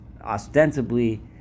ostensibly